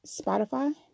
spotify